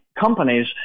companies